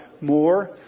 more